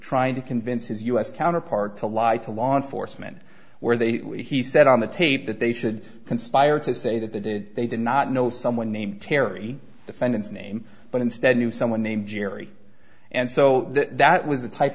trying to convince his u s counterpart to lie to law enforcement where they he said on the tape that they should conspire to say that they did they did not know someone named terry defendant's name but instead knew someone named jerry and so that was the type